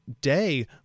day